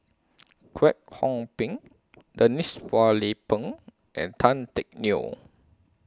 Kwek Hong Png Denise Phua Lay Peng and Tan Teck Neo